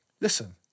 listen